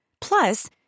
Plus